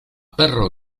perro